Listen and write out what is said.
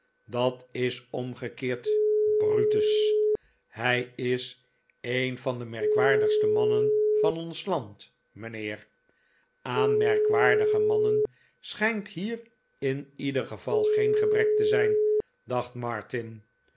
dat is omgekeerd brutus hij is een van de merkwaardigste mannen van ons land mijnheer aan merkwaardige mannen schijnt hier in ieder geval geen gebrek te zijn dacht martin